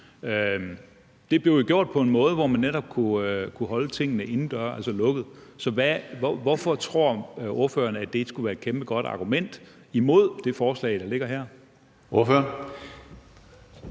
Det blev jo gjort på en måde, hvor man netop kunne holde tingene inden døre, altså lukket. Så hvorfor tror ordføreren, at det skulle være et rigtig godt argument imod det forslag, der ligger her? Kl.